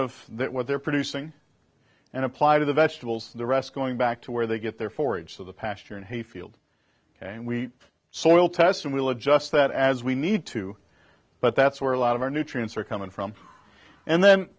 that what they're producing and apply to the vegetables the rest going back to where they get their forage for the pasture and hayfield and we soil test and we'll adjust that as we need to but that's where a lot of our nutrients are coming from and then